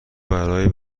برای